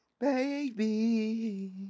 Baby